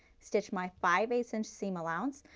stitch my five eighth inch seam allowance.